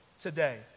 today